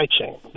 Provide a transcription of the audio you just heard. chain